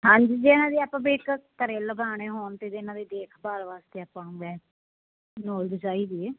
ਹਾਂਜੀ ਜੇ ਇਹਨਾਂ ਦੀ ਆਪਾਂ ਦੇਖ ਘਰੇ ਲਗਾਉਣੇ ਹੋਣ ਅਤੇ ਜੇ ਇਹਨਾਂ ਦੀ ਦੇਖਭਾਲ ਵਾਸਤੇ ਆਪਾਂ ਚਾਹੀਦੀ ਏ